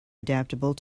adaptable